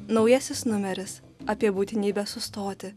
naujasis numeris apie būtinybę sustoti